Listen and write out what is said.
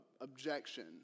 objection